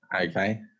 okay